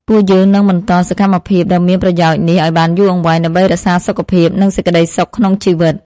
ពួកយើងនឹងបន្តសកម្មភាពដ៏មានប្រយោជន៍នេះឱ្យបានយូរអង្វែងដើម្បីរក្សាសុខភាព និងសេចក្តីសុខក្នុងជីវិត។